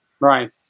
Right